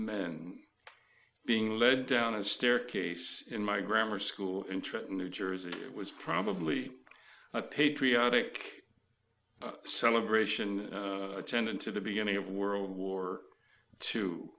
men being led down a staircase in my grammar school in trenton new jersey it was probably a patriotic celebration attended to the beginning of world war t